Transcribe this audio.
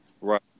Right